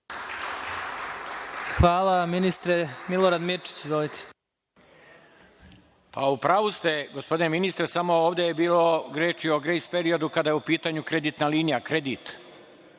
Hvala ministre. Milorad Mirčić, izvolite. **Milorad Mirčić** U pravu ste, gospodine ministre, samo ovde je bilo reči o grejs-periodu, kada je u pitanju kreditna linija, kredit.